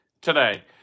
today